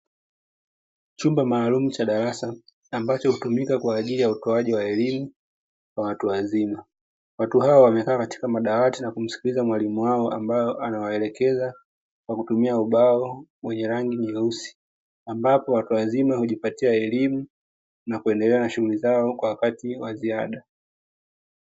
Chumba maalumu cha darasa ambacho hutumika kwa ajili ya utoaji wa elimu kwa watu wazima, watu hawa wamekaa katika madawati na kumsikiliza mwalimu wao ambayo anawaelekeza kwa kutumia ubao wenye rangi nyeusi, ambapo watu wazima hujipatia elimu na kuendelea na shughuli zao kwa wakati wa ziada.